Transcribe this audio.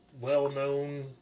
well-known